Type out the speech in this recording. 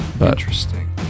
interesting